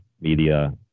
media